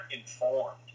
informed